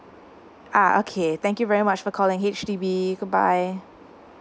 !ah! okay thank you very much for calling H_D_B goodbye